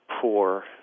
poor